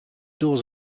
doors